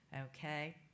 Okay